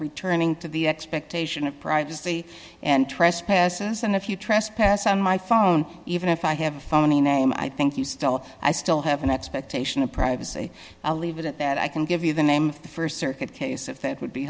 returning to the expectation of privacy and trespasses and if you trespass on my phone even if i have a phony name i think you still i still have an expectation of privacy i'll leave it at that i can give you the name of the st circuit case if that would be